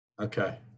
Okay